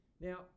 Now